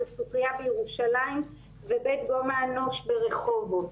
בית סוטריה בירושלים ובית גומא אנוש ברחובות.